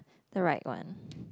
the right one